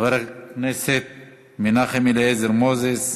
חבר הכנסת מנחם אליעזר מוזס,